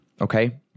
Okay